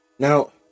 Now